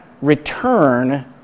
return